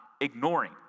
ignoring